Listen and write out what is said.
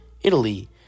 Italy